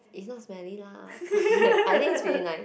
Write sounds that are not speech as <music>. is not smelly lah <laughs> I think it's pretty nice